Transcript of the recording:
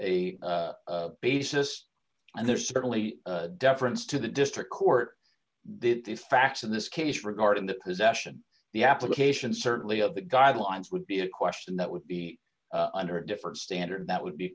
a basis and there certainly deference to the district court did the facts in this case regarding the possession the application certainly of the guidelines would be a question that would be under a different standard that would be